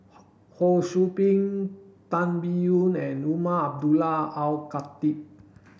Ho Sou Ping Tan Biyun and Umar Abdullah Al Khatib